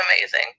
amazing